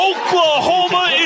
Oklahoma